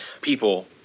people